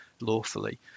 lawfully